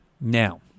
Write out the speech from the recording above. now